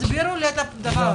תסבירו לי את הדבר הזה.